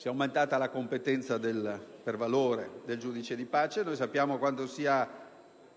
È aumentata la competenza per valore del giudice di pace. Sappiamo quanto sia